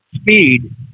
Speed